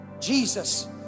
Jesus